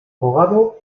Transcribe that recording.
abogado